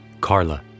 Carla